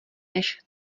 než